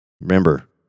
Remember